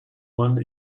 one